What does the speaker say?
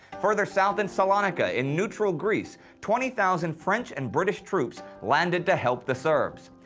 further south in salonika, in neutral greece, twenty thousand french and british troops landed to help the serbs.